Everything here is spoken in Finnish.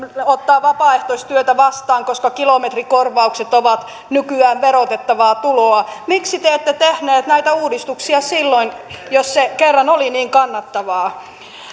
ottaa vapaaehtoistyötä vastaan koska kilometrikorvaukset ovat nykyään verotettavaa tuloa miksi te ette tehneet näitä uudistuksia silloin jos se kerran oli niin kannattavaa